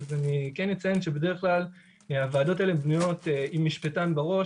אז אני כן אציין שבדרך כלל הוועדות האלה בנויות עם משפטן בראש,